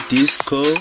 Disco